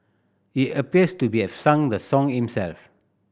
he appears to be have sung the song himself